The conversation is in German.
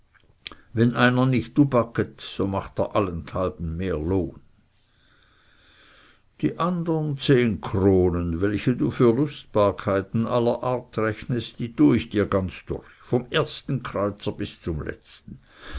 wenn einer nicht tubaket so macht er allenthalben mehr lohn die andern zehn kronen welche du für lustbarkeiten aller art rechnest die tue ich dir ganz durch vom ersten kreuzer bis zum letzten